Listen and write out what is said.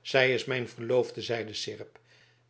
zij is mijn verloofde zeide seerp